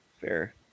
Fair